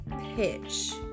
pitch